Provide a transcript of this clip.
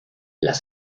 las